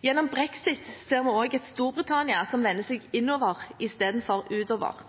Gjennom brexit ser vi også et Storbritannia som vender seg innover istedenfor utover.